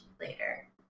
later